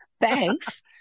thanks